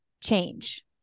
change